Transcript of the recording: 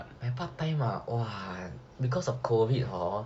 part time ah because of COVID hor